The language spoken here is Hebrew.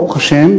ברוך השם,